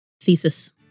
thesis